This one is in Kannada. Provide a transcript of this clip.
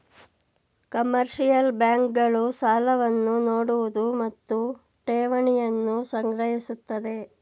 ಕಮರ್ಷಿಯಲ್ ಬ್ಯಾಂಕ್ ಗಳು ಸಾಲವನ್ನು ನೋಡುವುದು ಮತ್ತು ಠೇವಣಿಯನ್ನು ಸಂಗ್ರಹಿಸುತ್ತದೆ